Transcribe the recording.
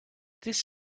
this